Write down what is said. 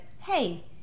hey